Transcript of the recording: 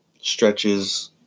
stretches